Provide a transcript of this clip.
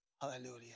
Hallelujah